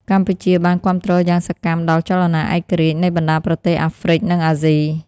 កម្ពុជាបានគាំទ្រយ៉ាងសកម្មដល់ចលនាឯករាជ្យនៃបណ្តាប្រទេសអាហ្វ្រិក និងអាស៊ី។